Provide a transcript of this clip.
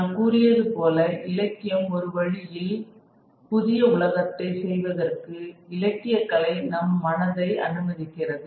நான் கூறியதுபோல இலக்கியம் ஒரு வழியில் புதிய உலகத்தை செய்வதற்கு இலக்கிய கலை நம் மனதை அனுமதிக்கிறது